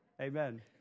Amen